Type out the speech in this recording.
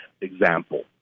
example